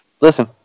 Listen